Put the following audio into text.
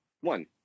One